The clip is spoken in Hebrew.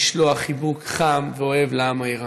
לשלוח חיבוק חם ואוהב לעם האיראני,